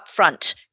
upfront